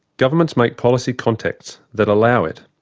governments make policy contexts that allow it,